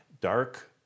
dark